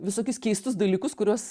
visokius keistus dalykus kuriuos